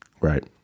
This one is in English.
Right